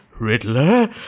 Riddler